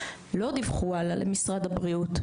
לא דיווחו הלאה למשרד הבריאות,